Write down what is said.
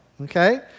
okay